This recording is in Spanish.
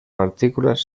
partículas